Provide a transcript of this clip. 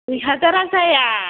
दुइ हाजारा जाया